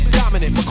dominant